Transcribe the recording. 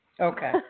Okay